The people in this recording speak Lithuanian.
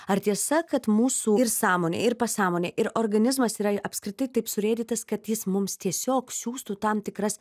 ar tiesa kad mūsų ir sąmonė ir pasąmonė ir organizmas yra apskritai taip surėdytas kad jis mums tiesiog siųstų tam tikras